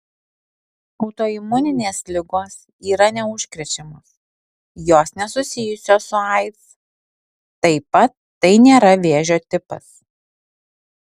autoimuninės ligos yra neužkrečiamos jos nesusijusios su aids taip pat tai nėra vėžio tipas